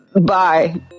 bye